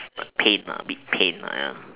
pain ah bit pain ah ya